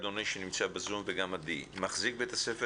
אדוני שנמצא בזום וגם עדי: מחזיק בית הספר